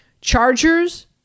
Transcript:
Chargers